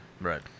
Right